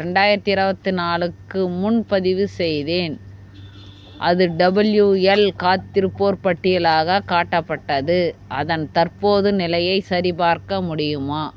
ரெண்டாயிரத்தி இருபத்தி நாலுக்கு முன்பதிவு செய்தேன் அது டபிள்யூஎல் காத்திருப்போர் பட்டியலாகக் காட்டப்பட்டது அதன் தற்போது நிலையைச் சரிபார்க்க முடியுமா